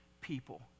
people